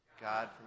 God